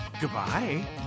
Goodbye